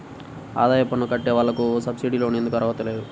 ఆదాయ పన్ను కట్టే వాళ్లకు సబ్సిడీ లోన్ ఎందుకు అర్హత లేదు?